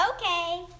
Okay